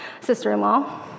sister-in-law